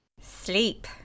Sleep